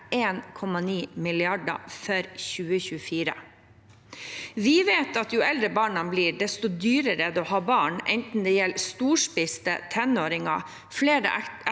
1,9 mrd. kr for 2024. Vi vet at jo eldre barna blir, desto dyrere er det å ha barn – enten det gjelder storspiste tenåringer, flere